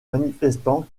manifestants